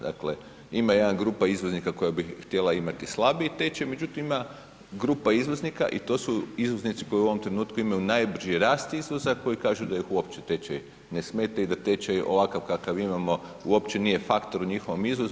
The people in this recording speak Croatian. Dakle, ima jedna izvoznika koja bi htjela imati slabiji tečaj, međutim ima grupa izvoznika i to su izvoznici koji u ovom trenutku imaju najbrži rast izvoza koji kažu da ih uopće tečaj ne smeta i da tečaj ovakav kakav imamo uopće nije faktoru u njihovom izvozu.